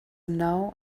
now